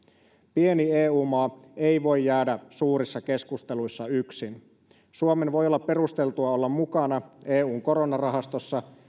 pieni eu maa ei voi jäädä suurissa keskusteluissa yksin suomen voi olla perusteltua olla mukana eun koronarahastossa